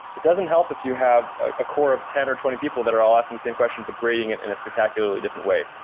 it doesn't help if you have a core of ten or twenty people that are all asking the same question, but grading it in a spectacularly different way.